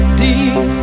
deep